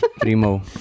primo